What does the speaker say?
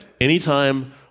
Anytime